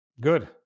good